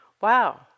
wow